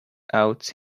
out